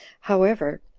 however,